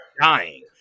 dying